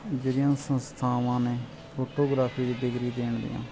ਜਿਹੜੀਆਂ ਸੰਸਥਾਵਾਂ ਨੇ ਫੋਟੋਗ੍ਰਾਫੀ ਦੀ ਡਿਗਰੀ ਦੇਣ ਦੀਆਂ